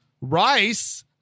rice